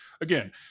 again